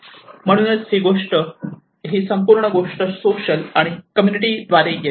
म्हणूनच ही संपूर्ण गोष्ट सोशल आणि कम्युनिटी द्वारे येते